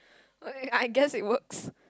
okay I guess it works